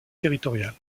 territoriales